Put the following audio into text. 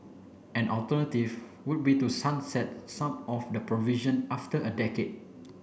an alternative would be to sunset some of the provision after a decade